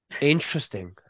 Interesting